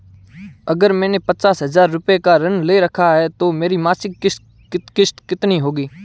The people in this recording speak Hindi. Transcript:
अगर मैंने पचास हज़ार रूपये का ऋण ले रखा है तो मेरी मासिक किश्त कितनी होगी?